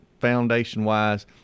foundation-wise